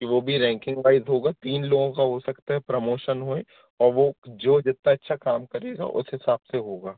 कि वो भी रैंकिंग वाइज़ होगा तीन लोगों का हो सकता है प्रमोशन होए और वो जो जितना अच्छा काम करेगा उस हिसाब से होगा